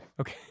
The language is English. Okay